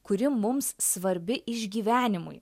kuri mums svarbi išgyvenimui